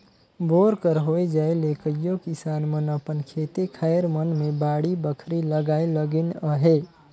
bore कर होए जाए ले कइयो किसान मन अपन खेते खाएर मन मे बाड़ी बखरी लगाए लगिन अहे